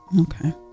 Okay